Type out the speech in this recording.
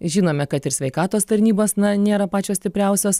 žinome kad ir sveikatos tarnybos na nėra pačios stipriausios